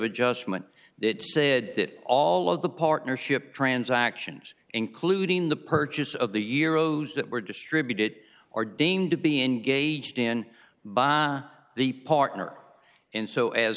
adjustment that said that all of the partnership transactions including the purchase of the year olds that were distributed or deemed to be engaged in by the partner and so as